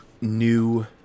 New